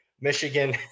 Michigan